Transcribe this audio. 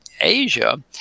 Asia